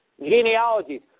genealogies